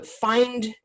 find